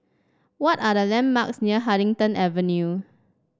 what are the landmarks near Huddington Avenue